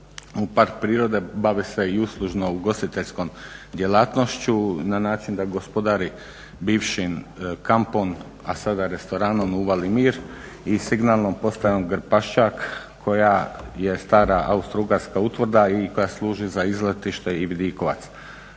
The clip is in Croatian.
u park prirode bavi se i uslužno ugostiteljskom djelatnošću na način da gospodari bivšim kampom a sada restoranom u uvali Mir i signalnom postajanju Grpaščak koja je stara Austrougarska utvrda i koja služi za izletište i vidikovac.